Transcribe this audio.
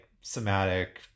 somatic